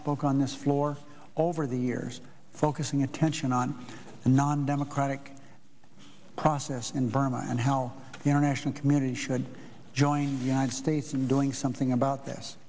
spoke on this floor over the years focusing attention on a non democratic process in burma and how the international community should join the united states in doing something about this